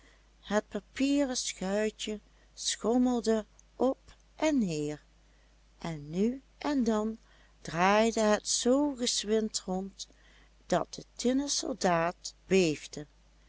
het papieren schuitje schommelde op en neer en nu en dan draaide het zoo gezwind om dat de tinnen soldaat